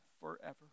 forever